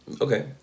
Okay